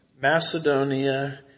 Macedonia